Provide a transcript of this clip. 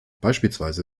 beispielsweise